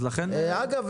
אגב,